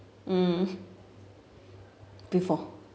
mm before